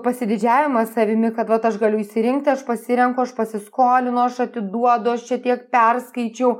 pasididžiavimas savimi kad vat aš galiu išsirinkti aš pasirenku aš pasiskolinu aš atiduodu aš čia tiek perskaičiau